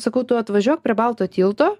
sakau tu atvažiuok prie balto tilto